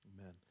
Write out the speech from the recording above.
Amen